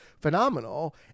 phenomenal